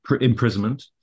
imprisonment